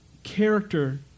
Character